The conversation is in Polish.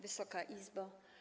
Wysoka Izbo!